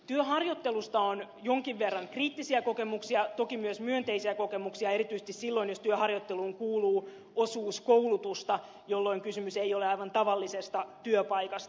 työharjoittelusta on jonkin verran kriittisiä kokemuksia toki myös myönteisiä kokemuksia erityisesti silloin jos työharjoitteluun kuuluu osuus koulutusta jolloin kysymys ei ole aivan tavallisesta työpaikasta